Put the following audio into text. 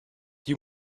you